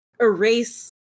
erase